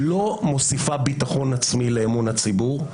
לא מוסיפה ביטחון עצמי לאמון הציבור.